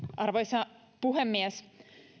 arvoisa puhemies